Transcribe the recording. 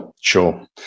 Sure